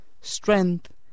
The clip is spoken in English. strength